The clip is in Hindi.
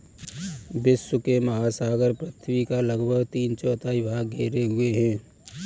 विश्व के महासागर पृथ्वी का लगभग तीन चौथाई भाग घेरे हुए हैं